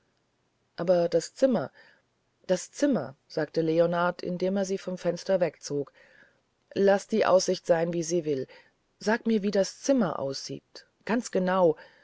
aber das zimmer das zimmer sagte leonard indem er sie vom fenster hinwegzog laß die aussicht sein wie sie will sage mir wie das zimmer aussieht ganzgenau